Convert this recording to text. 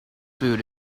food